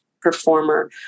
performer